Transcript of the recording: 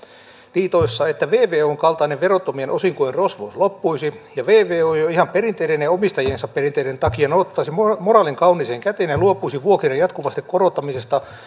liitoissa että vvon kaltainen verottomien osinkojen rosvous loppuisi ja vvo jo ihan perinteiden ja omistajiensa perinteiden takia ottaisi moraalin kauniiseen käteen ja luopuisi vuokrien jatkuvasta korottamisesta